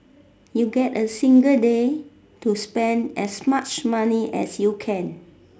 you get a single day to spend as much money as you can